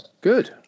Good